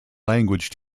language